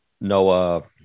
no